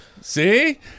See